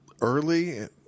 early